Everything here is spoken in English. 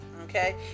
Okay